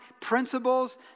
principles